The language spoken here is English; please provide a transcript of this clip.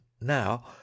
now